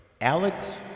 Alex